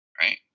right